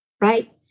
right